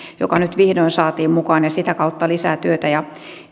joka nyt vihdoin saatiin mukaan ja sitä kautta lisää työtä ja